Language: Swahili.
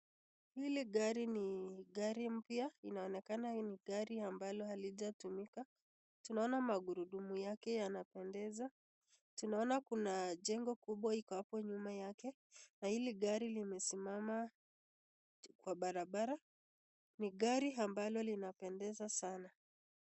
Hili gari ni gari mpya. Inaonekana ni gari ambalo halijatumika. Tunaona magurudumu yake yanapendeza. Tunaona kuna jengo kubwa iko hapo nyuma yake na hili gari limesimama kwa barabara. Ni gari ambalo linapendeza sana.